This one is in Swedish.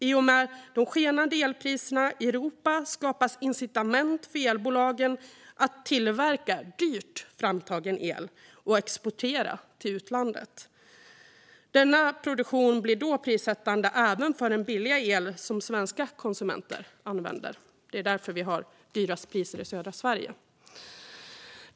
I och med de skenande elpriserna i Europa skapas incitament för elbolagen att tillverka dyrt framtagen el och exportera till utlandet. Denna produktion blir då prissättande även för den billiga el som svenska konsumenter använder. Det är därför vi har högst priser i södra Sverige.